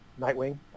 Nightwing